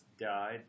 died